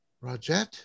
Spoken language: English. Roger